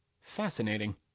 Fascinating